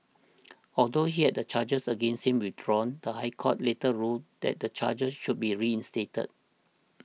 although he had the charges against him withdrawn the High Court later ruled that the charges should be reinstated